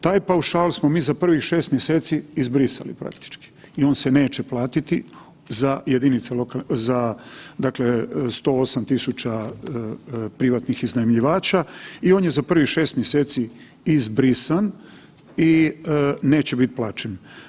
Taj paušal smo mi za prvih 6 mjeseci izbrisali praktički i on se neće platiti za 108.000 privatnih iznajmljivača ion je za prvih 6 mjeseci izbrisan i neće biti plaćen.